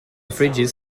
fridges